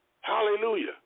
Hallelujah